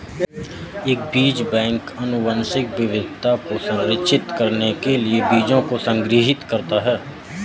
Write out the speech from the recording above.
एक बीज बैंक आनुवंशिक विविधता को संरक्षित करने के लिए बीजों को संग्रहीत करता है